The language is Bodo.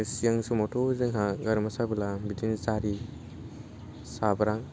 सिगां समावथ' जोंहा गारामा साबोला बिदिनो जारि जाब्रां